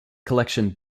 collection